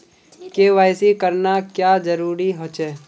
KYC करना क्याँ जरुरी होचे?